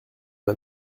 m’a